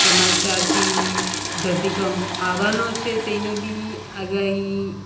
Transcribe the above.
સમાચારથી ધરતીકંપ આવનો છે તેની બી આગાહી